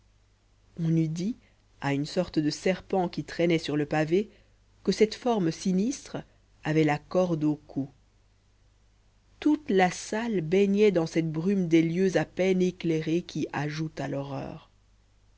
on eût dit à une sorte de serpent qui traînait sur le pavé que cette forme sinistre avait la corde au cou toute la salle baignait dans cette brume des lieux à peine éclairés qui ajoute à l'horreur